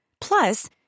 Plus